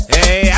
Hey